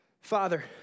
Father